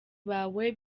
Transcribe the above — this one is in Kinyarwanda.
bawe